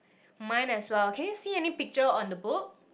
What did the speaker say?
mine as well can you see any picture on the book